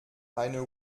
eine